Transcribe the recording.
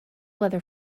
weather